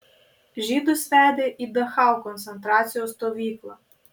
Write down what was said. žydus vedė į dachau koncentracijos stovyklą